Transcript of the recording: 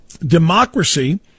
Democracy